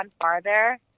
farther